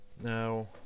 Now